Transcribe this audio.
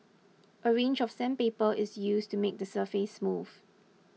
a range of sandpaper is used to make the surface smooth